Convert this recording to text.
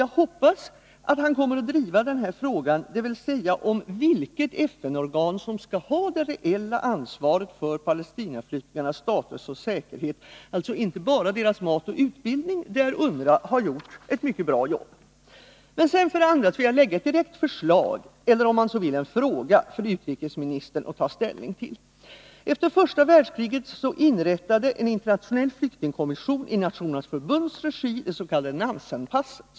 Jag hoppas också att han kommer att driva den här frågan, dvs. frågan om vilket FN-organ som skall ha det reella ansvaret för Palestinaflyktingarnas status och säkerhet — alltså inte bara deras mat och utbildning, dir UNRWA har gjort ett mycket bra arbete. Sedan vill jag lägga ett förslag, eller om man så vill ställa en fråga, för utrikesministern att ta ställning till. Efter första världskriget inrättade en internationell flyktingkommission i Nationernas förbunds regi det s.k. Nansen-passet.